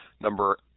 number